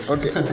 Okay